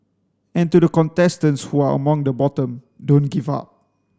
and to the contestants who are among the bottom don't give up